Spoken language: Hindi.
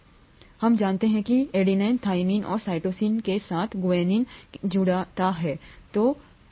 हम जानते हैं कि एडिनिन थाइमिन और साइटोसिन के साथ ग्वानिन के साथ जुड़ता है